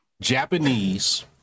Japanese